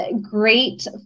great